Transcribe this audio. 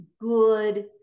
good